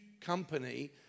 company